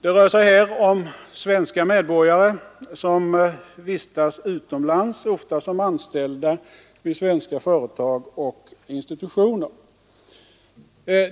Det rör sig här om svenska medborgare som vistas utomlands, ofta som anställda vid svenska företag och institutioner.